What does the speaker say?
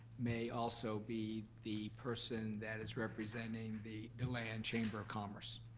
may also be the person that is representing the deland chamber of commerce.